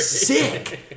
sick